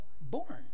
born